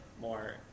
more